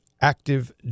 active